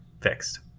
fixed